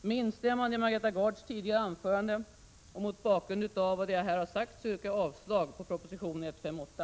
Med instämmande i Margareta Gards tidigare anförande och mot bakgrund av det jag här har sagt yrkar jag avslag på proposition 158.